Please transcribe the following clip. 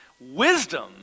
Wisdom